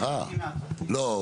לא,